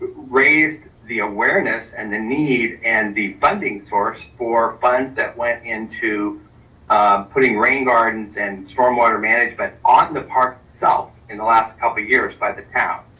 raised the awareness and the need and the funding source for funds that went into putting rain gardens and stormwater management on the park south in the last couple of years by the town.